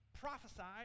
prophesied